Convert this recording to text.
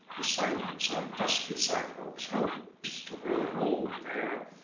the silence on dusky sidewalks hopes to grow old there.